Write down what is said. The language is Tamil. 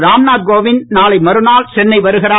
ராம்நாத் கோவிந்த் நாளைய மறுநாள் சென்னை வருகிறார்